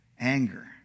anger